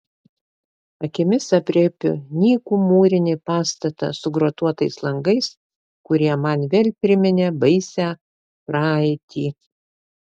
akimis aprėpiu nykų mūrinį pastatą su grotuotais langais kurie man vėl priminė baisią praeitį